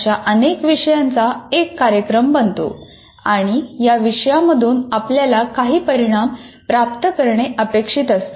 अशा अनेक विषयांचा एक कार्यक्रम बनतो आणि या विषयांमधून आपल्याला काही परिणाम प्राप्त करणे अपेक्षित असते